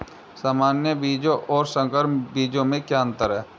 सामान्य बीजों और संकर बीजों में क्या अंतर है?